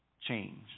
change